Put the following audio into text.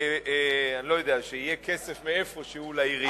אני לא יודע, שיהיה כסף מאיפה שהוא לעירייה.